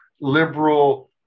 liberal